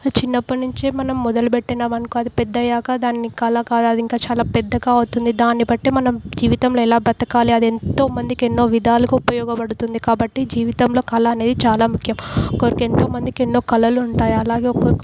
చిన్నప్పటి నుంచే మనం మొదలుపెట్టాము అనుకో అది పెద్దయ్యాక దాన్ని కళ కాదు ఇంకా చాలా పెద్దగా అవుతుంది దాన్నిబట్టి మనం జీవితంలో ఎలా బ్రతకాలి అది ఎంతో మందికి ఎన్నో విధాలుగా ఉపయోగపడుతుంది కాబట్టి జీవితంలో కళ అనేది చాలా ముఖ్యం ఒక్కొక్కరికి ఎంతో మందికి ఎంతో కళలు ఉంటాయా అలాగే ఒక్కొక్క